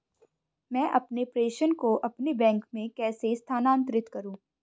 मैं अपने प्रेषण को अपने बैंक में कैसे स्थानांतरित करूँ?